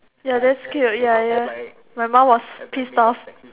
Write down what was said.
ya that's cute ya ya my mum was pissed off